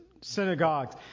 synagogues